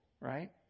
right